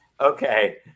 okay